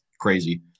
Crazy